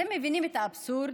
אתם מבינים את האבסורד?